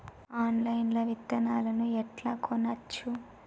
Online లా విత్తనాలను ఎట్లా కొనచ్చు?